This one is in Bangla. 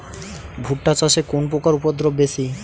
ভুট্টা চাষে কোন পোকার উপদ্রব বেশি?